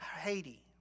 Haiti